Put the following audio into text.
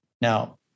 Now